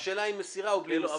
השאלה היא עם מסירה או בלי מסירה.